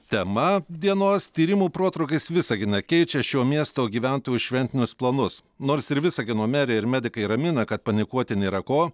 tema dienos tyrimų protrūkis visagine keičia šio miesto gyventojų šventinius planus nors ir visagino merė ir medikai ramina kad panikuoti nėra ko